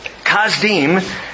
Kazdim